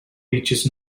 beaches